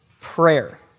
prayer